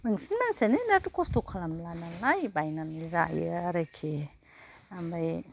बांसिन मानसियानो दाथ' खस्ट' खालामला नालाय बायनानैनो जायो आरोखि ओमफ्राय